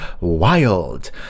wild